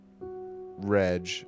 Reg